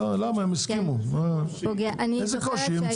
למה הם הסכימו, איזה קושי?